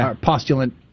Postulant